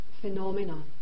phenomena